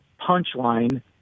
punchline